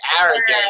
arrogant